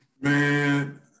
Man